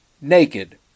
naked